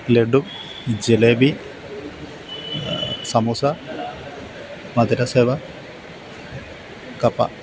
ലഡ്ഡു ജിലേബി സമൂസ മധുരസേവ കപ്പ